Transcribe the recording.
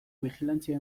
bijilantzia